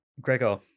Gregor